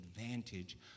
advantage